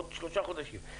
עוד שלושה חודשים,